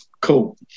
cool